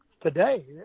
today